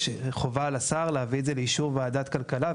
יש חובה לשר להביא את זה לאישור ועדת הכלכלה,